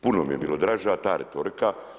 Puno mi je bila draža ta retorika.